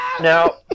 Now